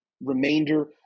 remainder